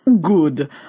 Good